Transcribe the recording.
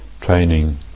training